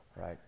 Right